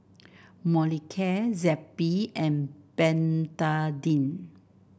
Molicare Zappy and Betadine